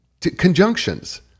Conjunctions